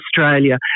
Australia